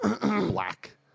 Black